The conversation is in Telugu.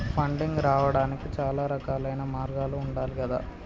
ఫండింగ్ రావడానికి చాలా రకాలైన మార్గాలు ఉండాలి గదా